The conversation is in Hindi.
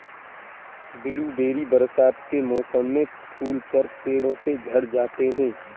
ब्लूबेरी बरसात के मौसम में फूलकर पेड़ों से झड़ जाते हैं